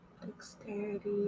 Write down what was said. Dexterity